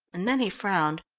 and then he frowned.